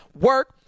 work